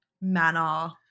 manner